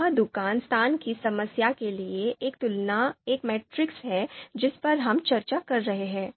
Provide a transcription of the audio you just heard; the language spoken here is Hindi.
यह दुकान स्थान की समस्या के लिए एक तुलना मैट्रिक्स है जिस पर हम चर्चा कर रहे हैं